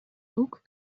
рук